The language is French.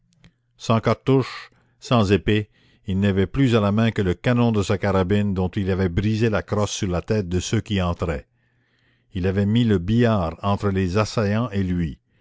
sans cartouches sans épée il n'avait plus à la main que le canon de sa carabine dont il avait brisé la crosse sur la tête de ceux qui entraient il avait mis le billard entre les assaillants et lui